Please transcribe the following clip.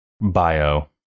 bio